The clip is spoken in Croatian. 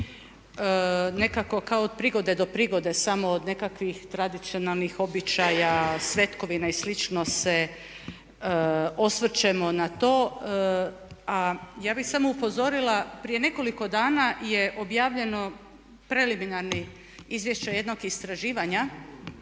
Nekako kao od prigode do prigode samo od nekakvih tradicionalnih običaja, svetkovina i slično se osvrćemo na to. A ja bih samo upozorila prije nekoliko dana je objavljeno preliminarni izvještaj jednog istraživanja